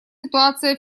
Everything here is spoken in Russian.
ситуация